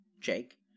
Jake